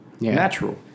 natural